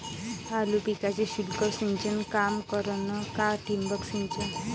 आलू पिकाले सूक्ष्म सिंचन काम करन का ठिबक सिंचन?